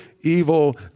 evil